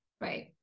Right